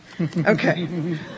Okay